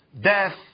Death